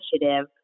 initiative